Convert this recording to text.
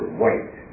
white